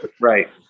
right